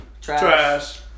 Trash